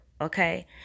Okay